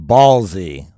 Ballsy